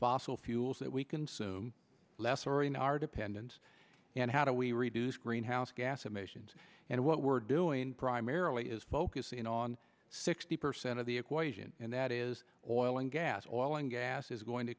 fossil fuels that we consume less or in our dependence and how do we reduce greenhouse gas emissions and what we're doing primarily is focusing on sixty percent of the equation and that is oil and gas oil and gas is going to